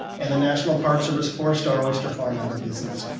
and the national park service forced our oyster farm out of business.